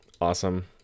awesome